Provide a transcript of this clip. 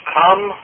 come